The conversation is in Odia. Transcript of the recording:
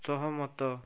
ସହମତ